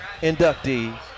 inductee